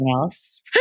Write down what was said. else